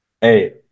hey